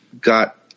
got